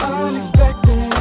unexpected